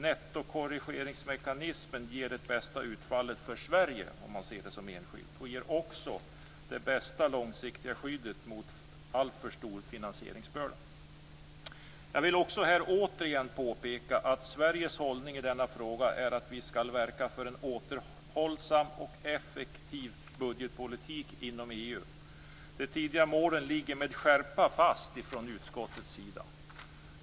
Nettokorrigeringsmekanismen ger det bästa utfallet för Sverige, om man ser det enskilt, och ger också det bästa långsiktiga skyddet mot alltför stor finansieringsbörda. Jag vill också återigen påpeka att Sveriges hållning i denna fråga är att vi skall verka för en återhållsam och effektiv budgetpolitik inom EU. De tidigare målen från utskottets sida ligger med skärpa fast.